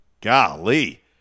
golly